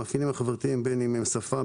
בין אם הם שפה,